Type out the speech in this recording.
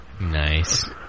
nice